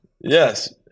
Yes